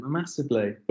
massively